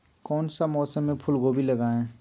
कौन सा मौसम में फूलगोभी लगाए?